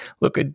look